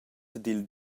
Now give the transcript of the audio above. dil